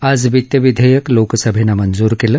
आज वित्त विधेयक लोकसभेनं मंजूर केलं